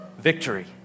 Victory